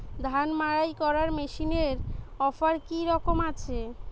ধান মাড়াই করার মেশিনের অফার কী রকম আছে?